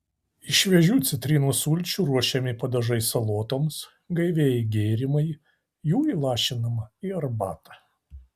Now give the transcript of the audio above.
iš šviežių citrinų sulčių ruošiami padažai salotoms gaivieji gėrimai jų įlašinama į arbatą